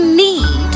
need